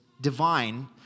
divine